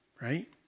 Right